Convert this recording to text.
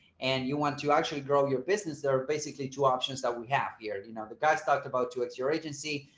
and you want to actually grow your business. there are basically two options that we have here. and you know, the gods talked about too, it's your agency.